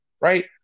right